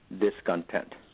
discontent